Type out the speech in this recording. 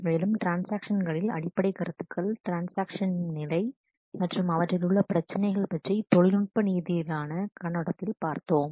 மேலும் நாம் ட்ரான்ஸ்ஆக்ஷன்களில் அடிப்படை கருத்துகள் ட்ரான்ஸ்ஆக்ஷன் நிலை மற்றும் அவற்றில் உள்ள பிரச்சினைகள் பற்றி தொழில்நுட்ப ரீதியிலான கண்ணோட்டத்தில் பார்த்தோம்